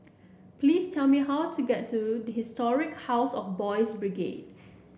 please tell me how to get to Historic House of Boys' Brigade